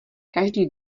každý